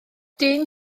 dyn